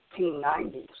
1990s